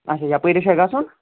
اچھا یَپٲری چھہِ حٲز گَژُھن